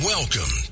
Welcome